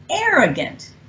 arrogant